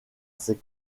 ses